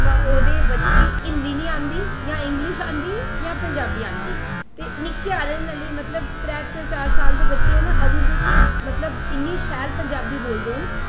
ओह्दे बच्चे गी हिंदी नेईं आंदी जां इंगलिश आंदी जां पजांबी आंदी निक्के ना हल्ली त्रै जां चार साल दे बच्चे ना पर इन्नी शैल पंजाबी बोलदे ना